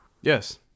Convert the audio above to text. Yes